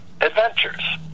adventures